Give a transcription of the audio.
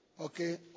okay